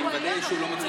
אני מבקש להודיע